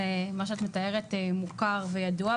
אז מה שאת מתארת מוכר וידוע,